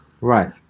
right